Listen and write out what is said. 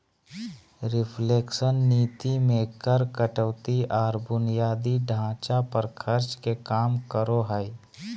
reflation नीति मे कर कटौती आर बुनियादी ढांचा पर खर्च के काम करो हय